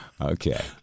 Okay